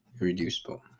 reducible